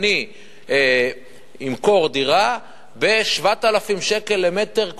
אני אמכור דירה ב-7,000 שקלים למטר רבוע,